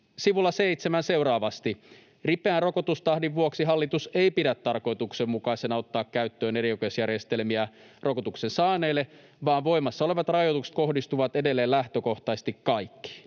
sivulla 7 sanotaan seuraavasti: ”Ripeän rokotustahdin vuoksi hallitus ei pidä tarkoituksenmukaisena ottaa käyttöön erioikeusjärjestelmiä rokotuksen saaneille, vaan voimassa olevat rajoitukset kohdistuvat edelleen lähtökohtaisesti kaikkiin.”